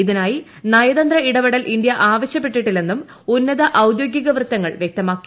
ഇതിനായി നയതന്ത്ര ഇടപെടൽ ഇന്ത്യ ആവശ്യപ്പെട്ടിട്ടില്ലെന്നും ഉന്നത ഔദ്യോഗിക വ്യത്തങ്ങൾ വ്യക്തമാക്കി